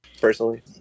personally